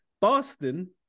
boston